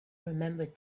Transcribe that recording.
remembered